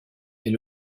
est